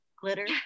Glitter